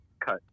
cut